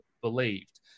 believed